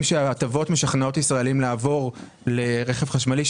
שההטבות משכנעות ישראלים לעבור לרכב חשמלי,